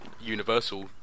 universal